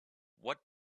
what